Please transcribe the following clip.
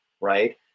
Right